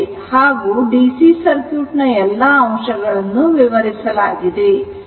ಹಾಗೂ DC circuit ನ ಎಲ್ಲಾ ಅಂಶಗಳನ್ನು ವಿವರಿಸಲಾಗಿದೆ